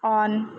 on